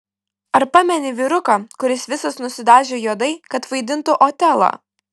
ar pameni vyruką kuris visas nusidažė juodai kad vaidintų otelą